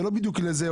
זה לא בדיוק הולך לזה,